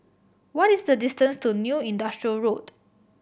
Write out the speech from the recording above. what is the distance to New Industrial Road